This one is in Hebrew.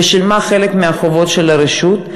ושילמה חלק מהחובות של הרשות,